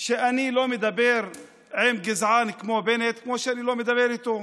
שאני לא מדבר עם גזען כמו בנט כמו שאני לא מדבר איתו,